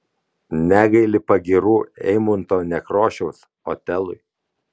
negaili pagyrų eimunto nekrošiaus otelui